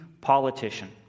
politician